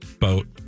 boat